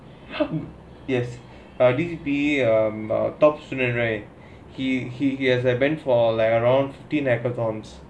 yes this [pe] uh top student right he he he has arrange for three hackathons